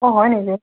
অ' হয় নেকি